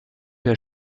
der